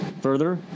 Further